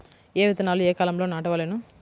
ఏ విత్తనాలు ఏ కాలాలలో నాటవలెను?